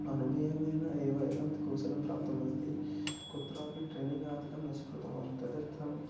अनुभवेन एव एतावत् कौशलं प्राप्तमस्ति कुत्रापि ट्रेनिङ्ग् आदिकं न स्वीकृतवान् तदर्थं